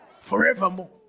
forevermore